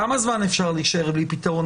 כמה זמן אפשר להישאר בלי פתרון?